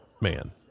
man